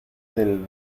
del